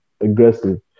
aggressive